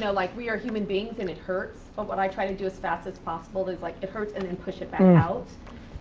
so like we are human beings and it hurts, but would i try to do as fast as possible is like it hurts and then push it back out,